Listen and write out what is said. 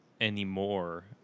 anymore